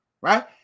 right